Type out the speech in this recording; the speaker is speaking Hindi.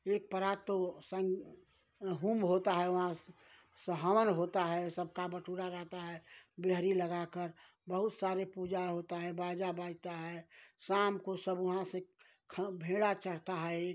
एक परात तो वो संग होम होता है वहाँ स से हवन होता है सबका बटुरा रहता है बिहरी लगाकर बहुत सारे पूजा होता है बाजा बाजता है शाम को सब वहाँ से खाम भेराँ चढ़ता है